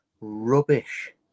rubbish